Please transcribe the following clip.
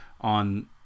on